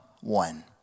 one